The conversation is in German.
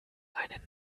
einen